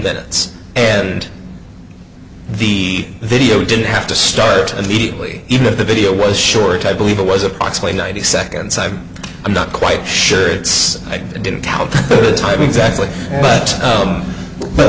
minutes and the video didn't have to start immediately even if the video was short i believe it was approximately ninety seconds i'm i'm not quite sure it's i didn't count the time exactly but